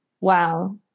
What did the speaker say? Wow